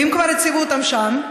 ואם כבר הציבו אותם שם,